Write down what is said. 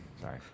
Sorry